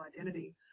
identity